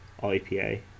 IPA